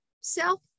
self